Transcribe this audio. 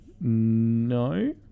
No